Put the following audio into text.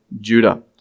Judah